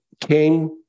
came